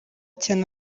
cyane